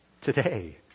today